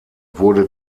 wurde